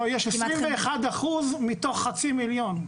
לא, יש 21% מתוך חצי מיליון.